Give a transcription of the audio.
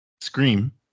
Scream